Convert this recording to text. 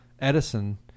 Edison